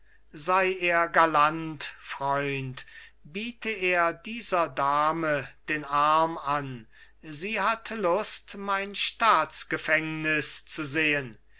sei er galant freund biete er dieser dame den arm an sie hat lust mein staatsgefängnis zu sehen